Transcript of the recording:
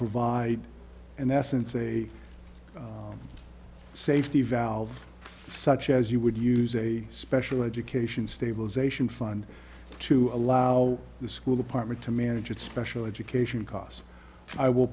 provide an essence a safety valve such as you would use a special education stabilization fund to allow the school department to manage its special education costs i will